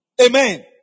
Amen